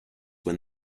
when